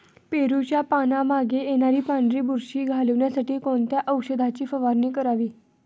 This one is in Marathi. पेरूच्या पानांमागे येणारी पांढरी बुरशी घालवण्यासाठी कोणत्या औषधाची फवारणी करावी?